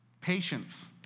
patience